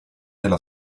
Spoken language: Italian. della